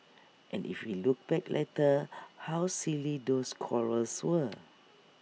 and if we look back later how silly those quarrels were